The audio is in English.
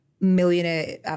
millionaire